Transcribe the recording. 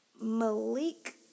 Malik